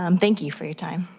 um thank you for your time.